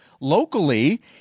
locally